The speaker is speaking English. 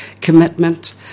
commitment